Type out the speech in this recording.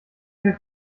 wir